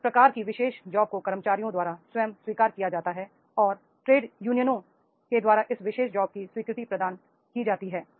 किस प्रकार की विशेष जॉब को कर्मचारियों द्वारा स्वयं स्वीकार किया जाता है और ट्रेड यूनियनों द्वारा इस विशेष जॉब की स्वीकृति प्रदान की जाती है